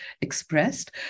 expressed